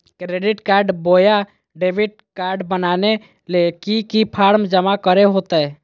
Credit card बोया debit card बनाने ले की की फॉर्म जमा करे होते?